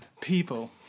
people